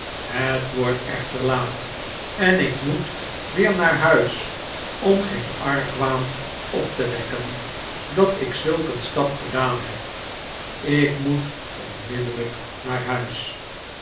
het wordt echter laat en ik moet weer naar huis om geen argwaan op te wekken dat ik zulk een stap gedaan heb ik moet onmiddellijk naar huis